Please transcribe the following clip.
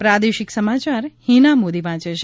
પ્રાદેશિક સમાચાર હિના મોદી વાંચે છે